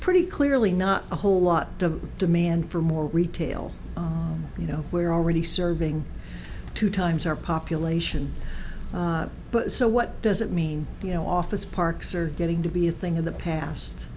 pretty clearly not a whole lot of demand for more retail you know we're already serving two times our population so what does it mean you know office parks are getting to be a thing of the past